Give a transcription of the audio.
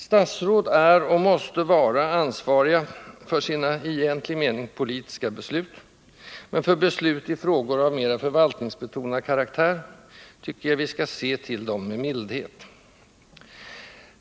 Statsråd är och måste vara ansvariga för sina i egentlig mening politiska beslut, men för beslut i frågor av mera förvaltningsbetonad karaktär tycker jag att vi skall se till dem med mildhet.